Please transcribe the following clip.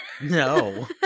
No